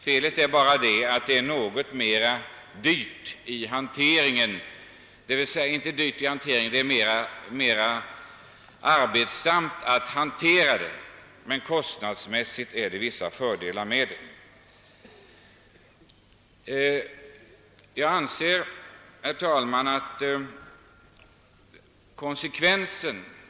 Felet är bara att det är mera arbetsamt att hantera detta slag av bränsle, men kostnadsmässigt innebär det, som sagt, vissa fördelar. Herr talman!